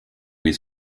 his